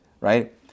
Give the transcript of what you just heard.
right